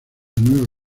nueva